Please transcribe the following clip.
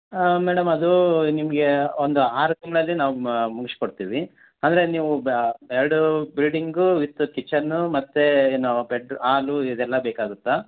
ಆ ಮೇಡಮ್ ಅದು ನಿಮಗೆ ಒಂದು ಆರು ತಿಂಗಳಲ್ಲಿ ನಾವು ಮ ಮುಗ್ಸಿ ಕೊಡ್ತೀವಿ ಅಂದರೆ ನೀವು ಬಾ ಎರಡು ಬಿಲ್ಡಿಂಗು ವಿತ್ ಕಿಚನ್ನು ಮತ್ತು ನಾವು ಬೆಡ್ ಆಲು ಇದೆಲ್ಲ ಬೇಕಾಗುತ್ತಾ